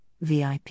VIP